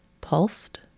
Pulsed